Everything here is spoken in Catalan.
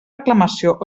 reclamació